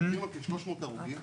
מדברים על כ-300 הרוגים,